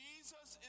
Jesus